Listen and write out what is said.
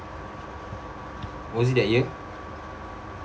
was it that year